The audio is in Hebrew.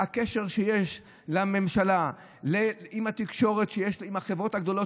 הקשר שיש לממשלה עם החברות הגדולות,